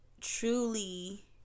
truly